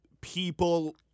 People